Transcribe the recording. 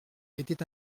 était